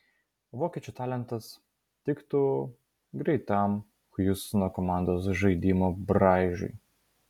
vokiečių talentas tiktų greitam hjustono komandos žaidimo braižui